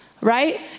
right